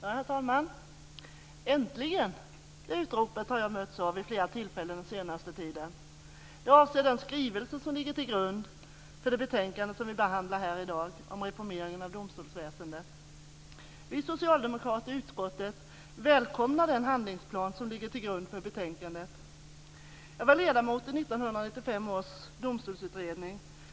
Herr talman! Äntligen! Det utropet har jag mötts av vid flera tillfällen den senaste tiden. Det avser den skrivelse som ligger till grund för det betänkande som vi behandlar här i dag om reformeringen av domstolsväsendet. Vi socialdemokrater i utskottet välkomnar den handlingsplan som ligger till grund för betänkandet. Jag var ledamot i 1995 års domstolsutredning.